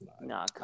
no